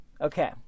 Okay